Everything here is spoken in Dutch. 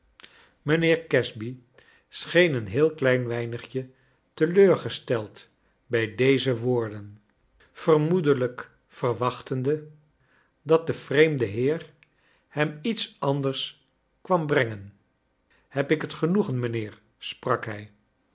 mijnheer casby scheen een heel klein weinigje teleurgesteld bij dcze woorden vermoedelijk verwaohtende dat de vreemde heer hern lets anders kwam brengen heb ik het genoegen mijnheer sprak hij